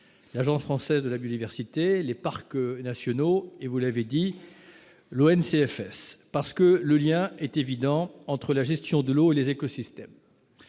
l'Agence française de la biodiversité, les parcs nationaux et vous l'avez dit l'ONCF parce que le lien est évident entre la gestion de l'eau et les écosystèmes,